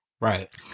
Right